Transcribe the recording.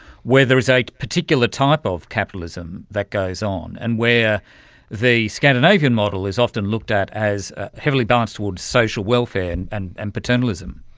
where there is a particular type of capitalism that goes on and where the scandinavian model is often looked at as heavily balanced towards social welfare and and and paternalism?